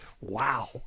Wow